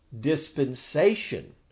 dispensation